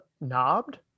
knobbed